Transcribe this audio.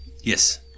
Yes